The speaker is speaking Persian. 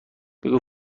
بگو